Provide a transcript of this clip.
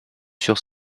sur